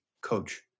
Coach